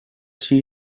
she